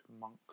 monk